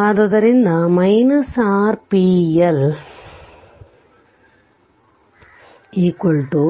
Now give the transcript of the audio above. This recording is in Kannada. ಆದ್ದರಿಂದ RL p L iL 2